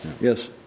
Yes